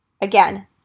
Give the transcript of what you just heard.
Again